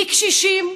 מקשישים,